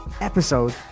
episode